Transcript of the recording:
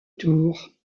tours